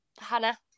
Hannah